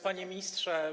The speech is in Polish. Panie Ministrze!